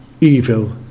evil